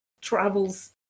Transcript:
travels